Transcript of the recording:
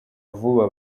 vuba